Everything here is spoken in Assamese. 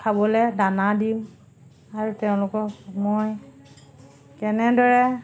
খাবলৈ দানা দিওঁ আৰু তেওঁলোকক মই কেনেদৰে